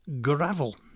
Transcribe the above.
gravel